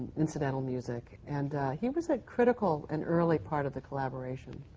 incidental music. and he was a critical and early part of the collaboration.